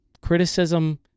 criticism